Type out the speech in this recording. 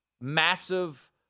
massive